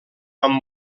amb